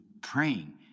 praying